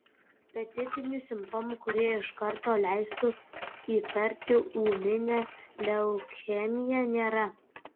specifinių simptomų kurie iš karto leistų įtarti ūminę leukemiją nėra